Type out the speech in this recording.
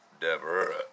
Deborah